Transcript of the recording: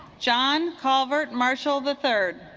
john culvert marshall the third